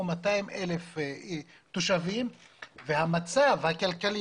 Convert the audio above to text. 200,000 תושבים והיא מהווה את המרכז התעסוקתי,